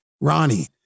Ronnie